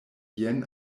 jen